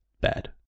bad